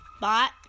bot